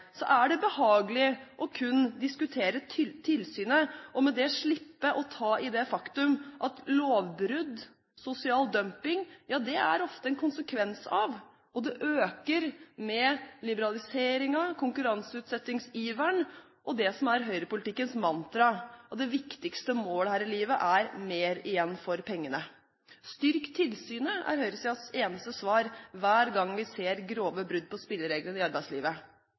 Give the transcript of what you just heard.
er det behagelig kun å diskutere tilsynet, og med det slippe å ta i det faktum at lovbrudd, sosial dumping, ofte er en konsekvens av – og øker med – liberaliseringen, konkurranseutsettingsiveren, og det som er høyrepolitikkens mantra: Det viktigste målet her i livet er mer igjen for pengene. Styrk tilsynet, er høyresidens eneste svar hver gang vi ser grove brudd på spillereglene i arbeidslivet.